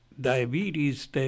Diabetes